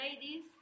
ladies